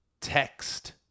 text